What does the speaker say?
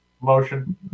Motion